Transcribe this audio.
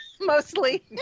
Mostly